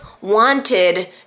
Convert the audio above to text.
wanted